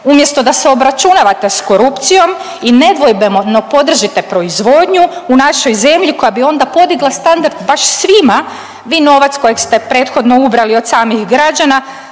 Umjesto da se obračunavate s korupcijom i nedvojbeno podržite proizvodnju u našoj zemlji koja bi onda podigla standard baš svima, vi novac kojeg ste prethodno ubrali od samih građana